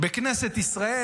בכנסת ישראל.